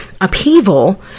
upheaval